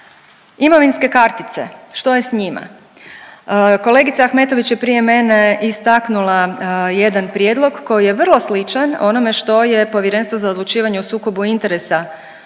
imovinske kartice, što je s njima? Kolegica Ahmetović je prije mene istaknula jedan prijedlog koji je vrlo sličan onome što je Povjerenstvo za odlučivanje o sukobu interesa,